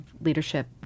leadership